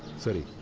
study.